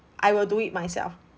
I will do it myself